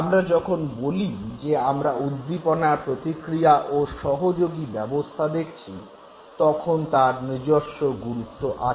আমরা যখন বলি যে আমরা উদ্দীপনার প্রতিক্রিয়া ও সহযোগী ব্যবস্থা দেখছি তখন তার নিজস্ব গুরুত্ব আছে